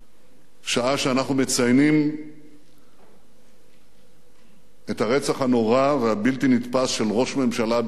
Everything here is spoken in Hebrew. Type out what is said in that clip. שעה שאנחנו מציינים את הרצח הנורא והבלתי נתפס של ראש ממשלה בישראל,